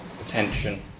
attention